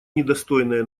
недостойное